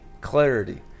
clarity